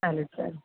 चालेल चाले